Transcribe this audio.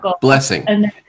Blessing